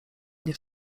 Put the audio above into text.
mnie